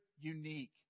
unique